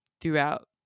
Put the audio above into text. throughout